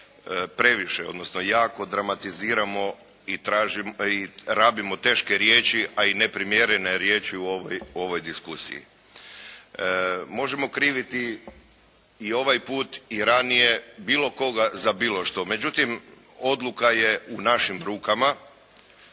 previše odnosno jako dramatiziramo i rabimo teške riječi, a i neprimjerene riječi u ovoj diskusiji. Možemo kriviti i ovaj put i ranije bilo koga za bilo što. Međutim odluka je u našim rukama.